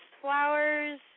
Flowers